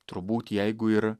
turbūt jeigu ir